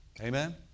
Amen